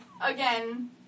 again